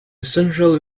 central